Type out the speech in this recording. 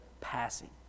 passing